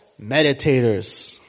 meditators